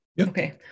Okay